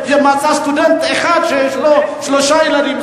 הוא מצא סטודנט אחד שיש לו שלושה ילדים,